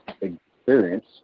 experience